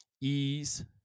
ease